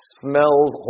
smells